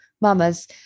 mamas